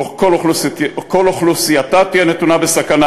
וכל אוכלוסייתה תהיה נתונה בסכנה.